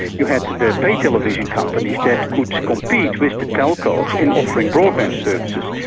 you have the pay television companies that could compete with the telcos in offering broadband services.